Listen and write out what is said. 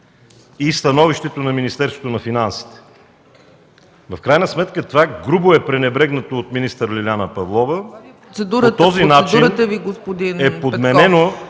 и становището на Министерството на финансите. В крайна сметка това грубо е пренебрегнато от министър Лиляна Павлова...